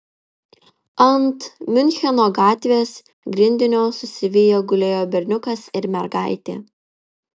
ant miuncheno gatvės grindinio susiviję gulėjo berniukas ir mergaitė